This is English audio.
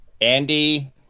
Andy